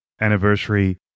anniversary